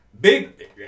Big